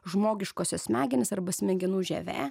žmogiškosios smegenys arba smegenų žievė